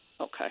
Okay